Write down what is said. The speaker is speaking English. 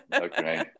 Okay